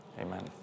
amen